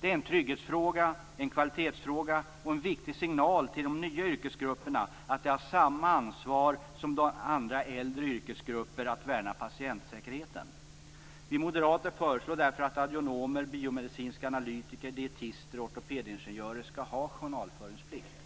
Det är en trygghetsfråga, en kvalitetsfråga och en viktig signal till de nya yrkesgrupperna att de har samma ansvar som andra äldre yrkesgrupper har när det gäller att värna patientsäkerheten. Vi moderater föreslår därför att audionomer, biomedicinska analytiker, dietister och ortopedingenjörer skall ha journalföringsplikt.